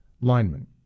lineman